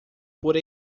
por